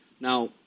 Now